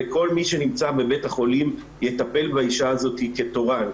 וכל מי שנמצא בבית החולים יטפל באישה הזאת כתורן.